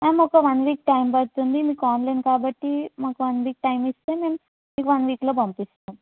ma'am ఒక one week time పడుతుంది మీకు ఆన్లైన్ కాబట్టి మాకు వన్ వీక్ టైం ఇస్తే మేము మీకు వన్ వీక్లో పంపిస్తాం